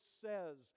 says